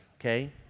okay